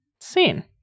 seen